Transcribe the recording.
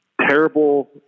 terrible